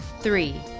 Three